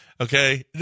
okay